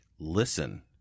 Listen